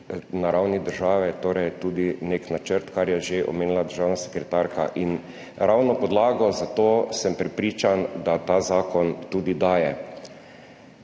na ravni države torej tudi nek načrt, kar je že omenila državna sekretarka. In ravno podlago za to, sem prepričan, daje tudi ta